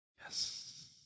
Yes